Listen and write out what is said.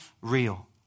real